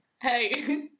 hey